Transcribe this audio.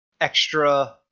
extra